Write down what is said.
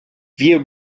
wir